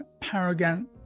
Paragon